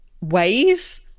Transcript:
ways